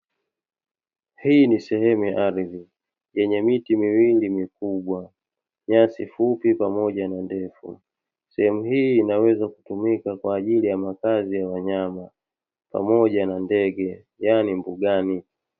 Hii ni sehemu ya ardhi yenye miti miwili mikubwa, nyasi fupi pamoja na ndefu sehemu hii inaweza kutumika kwa ajili ya makazi ya wanyama pamoja na ndege yani mbugani.